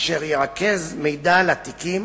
אשר ירכז מידע על התיקים